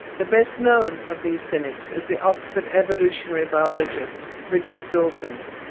the best known of these cynics is the oxford evolutionary biologist richard dawkins,